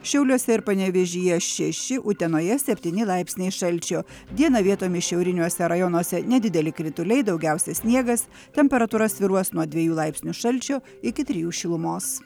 šiauliuose ir panevėžyje šeši utenoje septyni laipsniai šalčio dieną vietomis šiauriniuose rajonuose nedideli krituliai daugiausia sniegas temperatūra svyruos nuo dviejų laipsnių šalčio iki trijų šilumos